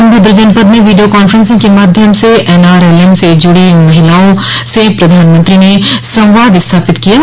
सोनभद्र जनपद में video conferencing के माध्यम से एनआरएलएम से जुड़ी महिलाओं से प्रधानमंत्री ने संवाद स्थापित किया गया